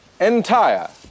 entire